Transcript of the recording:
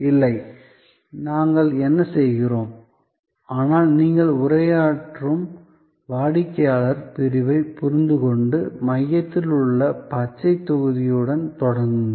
இல்லை நாங்கள் என்ன செய்கிறோம் ஆனால் நீங்கள் உரையாற்றும் வாடிக்கையாளர் பிரிவைப் புரிந்துகொண்டு மையத்தில் உள்ள பச்சைத் தொகுதியுடன் தொடங்குங்கள்